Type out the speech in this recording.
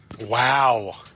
Wow